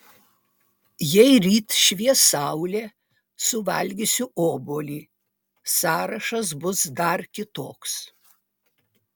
jei ryt švies saulė suvalgysiu obuolį sąrašas bus dar kitoks